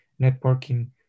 networking